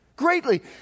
greatly